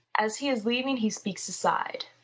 as he is leaving he speaks aside.